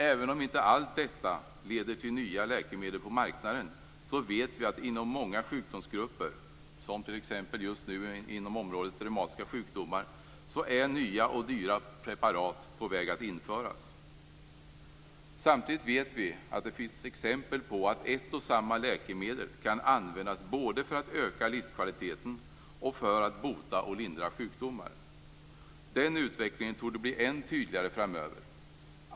Även om inte allt detta leder till nya läkemedel på marknaden vet vi att nya och dyra preparat är på väg att införas för många sjukdomsgrupper, t.ex. just nu inom området reumatiska sjukdomar. Det finns också exempel på att ett och samma läkemedel kan användas både för att öka livskvaliteten och bota och lindra sjukdomar. Den utvecklingen torde bli än tydligare framöver.